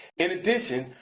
in addition,